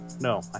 No